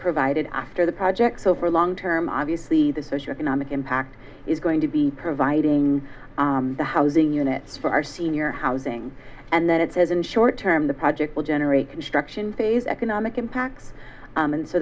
provided after the projects over long term obviously the social economic impact is going to be providing the housing unit for our senior housing and then it says in short term the project will generate construction phase economic impact and so